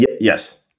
Yes